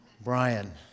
Brian